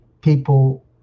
people